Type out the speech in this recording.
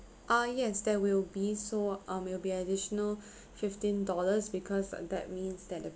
uh yes there will be so um will be additional fifteen dollars because that means that the